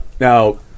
Now